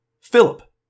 Philip